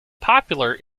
popular